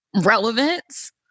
relevance